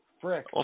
frick